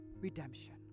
redemption